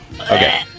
Okay